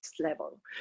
level